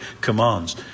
commands